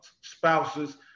spouses